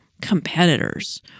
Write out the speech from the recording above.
competitors